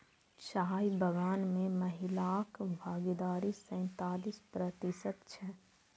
चाय बगान मे महिलाक भागीदारी सैंतालिस प्रतिशत छै